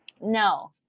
No